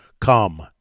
come